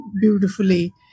beautifully